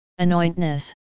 anointness